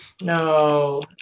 No